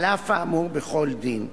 על אף האמור בכל דין,